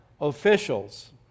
officials